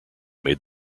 made